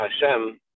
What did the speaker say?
Hashem